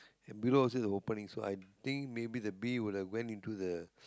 and below also got opening so I think maybe the bee would have went into the